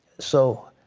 so,